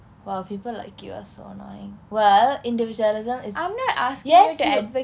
!wow! people like you are so annoying well individualism is yes you